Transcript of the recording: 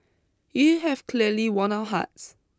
you have clearly won our hearts